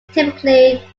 typically